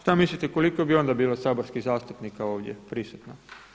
Šta mislite koliko bi onda bilo saborskih zastupnika ovdje prisutno?